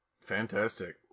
Fantastic